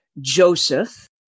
Joseph